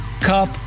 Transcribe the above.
Cup